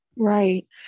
Right